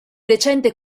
recente